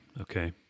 Okay